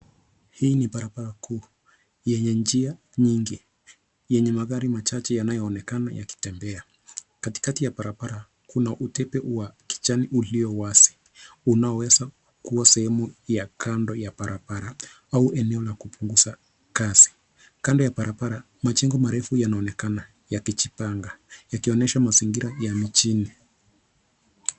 Hii ni barabara kuu yenye njia nyingi yenye magari machache yanayoonekana yakitembea. Katikati ya barabara, kuna utepe wa kijani uliowazi unaoweza kuwa sehemu ya kando ya barabara au eneo la kupunguza kasi. Kando ya barabara majengo marefu yanaonekana yakijipanga yakionyesha mazingira ya mjini.